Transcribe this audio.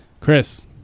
Chris